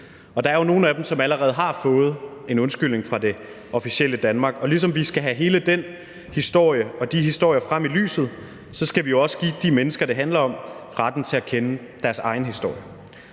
Der er jo nogle af dem, som allerede har fået en undskyldning fra det officielle Danmark. Ligesom vi skal have hele den historie og de historier frem i lyset, skal vi også give de mennesker, det handler om, retten til at kende deres egen historie.